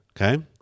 Okay